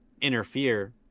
Interfere